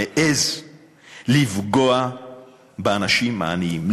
מעז לפגוע באנשים העניים?